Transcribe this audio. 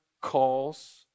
calls